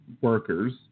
workers